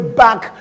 back